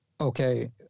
Okay